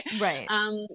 right